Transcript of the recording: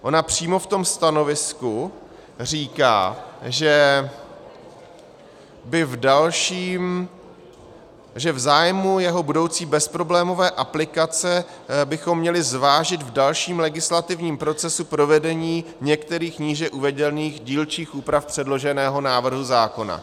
Ona přímo v tom stanovisku říká, že v zájmu jeho budoucí bezproblémové aplikace bychom měli zvážit v dalším legislativním procesu provedení některých níže uvedených dílčích úprav předloženého návrhu zákona.